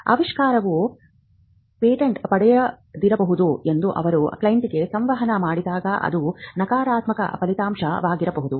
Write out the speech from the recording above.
ಆವಿಷ್ಕಾರವು ಪೇಟೆಂಟ್ ಪಡೆಯದಿರಬಹುದು ಎಂದು ಅವರು ಕ್ಲೈಂಟ್ಗೆ ಸಂವಹನ ಮಾಡಿದಾಗ ಅದು ನಕಾರಾತ್ಮಕ ಫಲಿತಾಂಶವಾಗಿರಬಹುದು